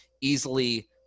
easily –